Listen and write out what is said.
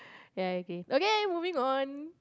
ya okay okay moving on